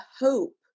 hope